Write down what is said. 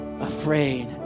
afraid